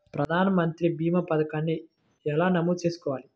ప్రధాన మంత్రి భీమా పతకాన్ని ఎలా నమోదు చేసుకోవాలి?